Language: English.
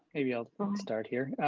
maybe i'll start here.